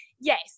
yes